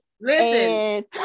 Listen